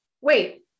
wait